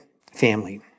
family